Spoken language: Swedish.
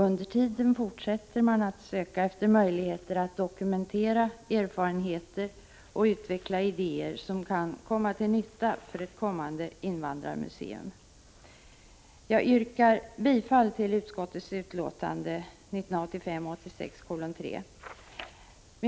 Under tiden fortsätter vi att söka efter möjligheter att dokumentera erfarenheter och utveckla idéer som kan komma till nytta för ett kommande invandrarmuseum. Jag yrkar bifall till utskottets hemställan i betänkandet 1985/86:3.